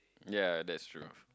ya that's true